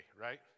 right